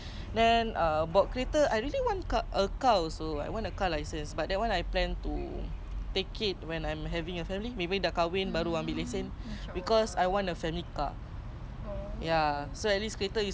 then motor is like cause I'm still young I want to live my whole life like YOLO you know what I'm just gonna buy motor and have fun on my own ada mat tahir pun akan lelong cause my boyfriend now also have bike tapi sekarang tengah tekong lah